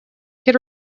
could